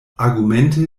argumente